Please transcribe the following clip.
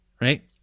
Right